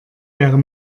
wäre